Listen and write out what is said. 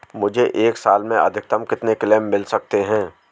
मुझे एक साल में अधिकतम कितने क्लेम मिल सकते हैं?